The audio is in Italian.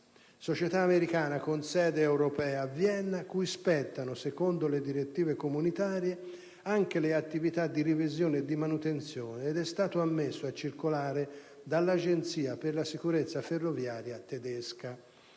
privata americana con sede europea a Vienna, cui spettano, secondo le direttive comunitarie, anche le attività di revisione e di manutenzione ed è stato ammesso a circolare dall'Agenzia per la sicurezza ferroviaria tedesca.